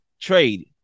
trade